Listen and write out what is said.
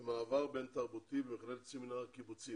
למעבר בין תרבותי במכללת סמינר הקיבוצים.